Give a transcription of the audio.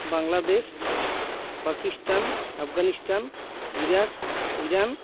Bangladesh Pakistan Afghanistan Iraq Iran